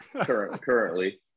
currently